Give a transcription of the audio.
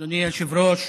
אדוני היושב-ראש,